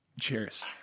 Cheers